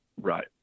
Right